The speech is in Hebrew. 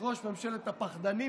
ראש ממשלת הפחדנים,